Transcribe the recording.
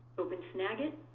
open snagit.